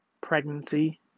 Pregnancy